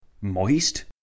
Moist